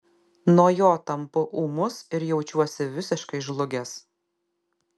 nuo jo tampu ūmus ir jaučiuosi visiškai žlugęs